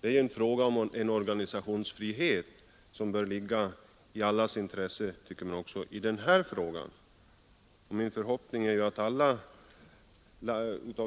Det är ju en fråga om organisationsfrihet, som bör ligga i allas intresse även i detta sammanhang, man värnar ju så ömt om organisationsfriheten i andra sammanhang så det måste väl gälla också nu. Min förhoppning är att